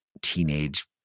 teenage